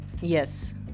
Yes